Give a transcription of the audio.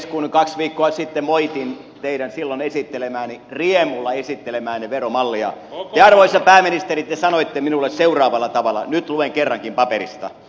kun kaksi viikkoa sitten moitin teidän silloin esittelemäänne riemulla esittelemäänne veromallia ja arvoisa pääministeri te sanoitte minulle seuraavalla tavalla nyt luen kerrankin paperista